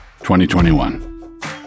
2021